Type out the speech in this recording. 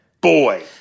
boy